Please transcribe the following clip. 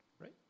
right